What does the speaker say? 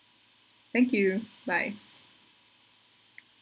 thank you bye